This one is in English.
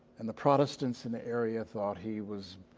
and the protestants in the area thought he was